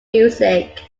music